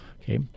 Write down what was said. Okay